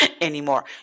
anymore